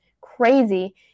crazy